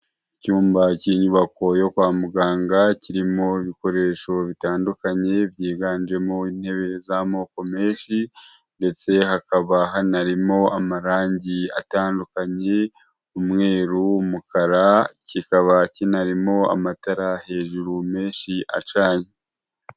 Icyumba cy'inyubako yo kwa muganga, kirimo ibikoresho bitandukanye byiganjemo intebe z'amoko menshi, ndetse hakaba hanarimo amarangi atandukanye; umweru, w'umukara, kikaba kinarimo amatara hejuru menshi, acanye.